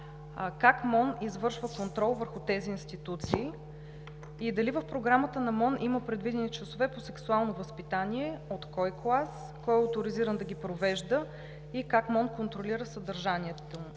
Как МОН извършва контрол върху тези институции? Дали в програмата на МОН има предвидени часове по сексуално възпитание, от кой клас, кой е оторизиран да ги провежда и как МОН коригира съдържанието им?